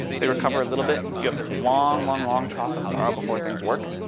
they recover a little bit. you have this long, long, long trough of sorrow before things work.